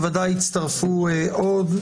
בוודאי יצטרפו עוד.